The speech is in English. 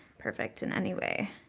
perfect in any way.